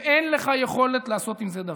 ואין לך יכולת לעשות עם זה דבר.